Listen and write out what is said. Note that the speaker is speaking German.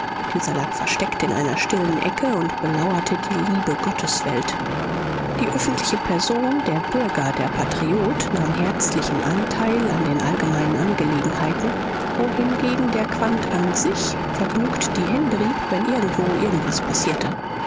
dieser lag versteckt in einer stillen ecke und belauerte die liebe gotteswelt die öffentliche person der bürger der patriot nahm herzlichen anteil an den allgemeinen angelegenheiten wohingegen der quandt an sich vergnügt die hände rieb wenn irgendwo irgendwas passierte